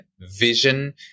vision